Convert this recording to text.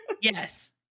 Yes